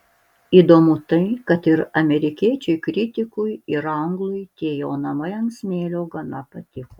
įdomu tai kad ir amerikiečiui kritikui ir anglui tie jo namai ant smėlio gana patiko